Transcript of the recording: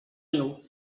niu